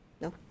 No